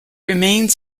remains